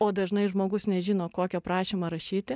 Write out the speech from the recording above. o dažnai žmogus nežino kokio prašymą rašyti